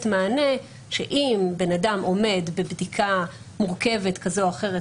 מענה שאם בן אדם עומד בבדיקה מורכבת כזו או אחרת,